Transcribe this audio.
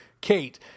Kate